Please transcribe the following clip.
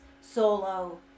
solo